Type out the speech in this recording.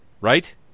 right